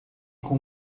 com